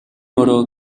морио